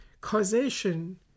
causation